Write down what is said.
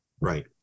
Right